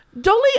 dolly